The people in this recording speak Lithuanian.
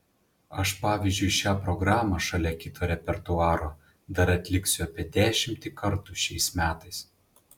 aš pavyzdžiui šią programą šalia kito repertuaro dar atliksiu apie dešimtį kartų šiais metais